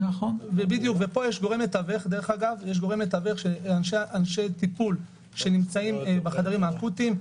ופה יש גורם מתווך שהם אנשי הטיפול שנמצאים בחדרים האקוטיים,